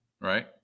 right